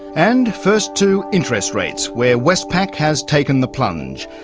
and first to interest rates, where westpac has taken the plunge.